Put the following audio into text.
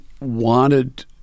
wanted